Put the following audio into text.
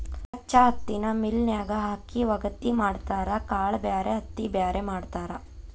ಕಚ್ಚಾ ಹತ್ತಿನ ಮಿಲ್ ನ್ಯಾಗ ಹಾಕಿ ವಗಾತಿ ಮಾಡತಾರ ಕಾಳ ಬ್ಯಾರೆ ಹತ್ತಿ ಬ್ಯಾರೆ ಮಾಡ್ತಾರ